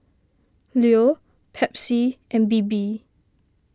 Leo Pepsi and Bebe